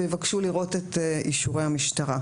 ויבקשו לראות את אישורי המשטרה.